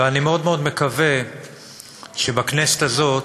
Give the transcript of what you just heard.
ואני מאוד מאוד מקווה שבכנסת הזאת,